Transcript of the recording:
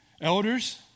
Elders